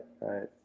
right